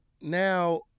now